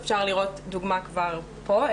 ואפשר לראות דוגמה כבר פה.